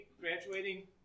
Graduating